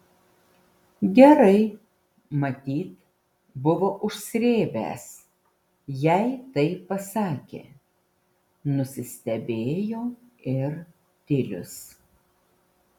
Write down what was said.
gerai matyt buvo užsrėbęs jei taip pasakė nusistebėjo ir tilius